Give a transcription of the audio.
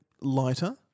lighter